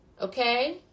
okay